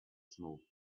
small